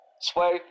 Sway